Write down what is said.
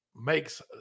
makes